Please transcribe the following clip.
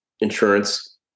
insurance